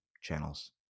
channels